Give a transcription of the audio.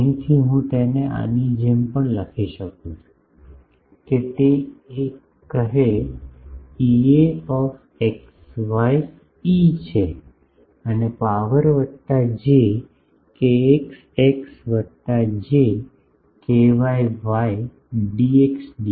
અહીંથી હું તેને આની જેમ પણ લખી શકું છું કે તે એક કહે EA e છે અને પાવર વત્તા j kx x વત્તા j ky y dxdy